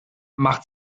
macht